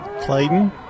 Clayton